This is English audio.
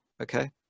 okay